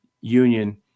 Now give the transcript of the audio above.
Union